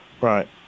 right